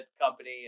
company